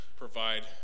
provide